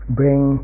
bring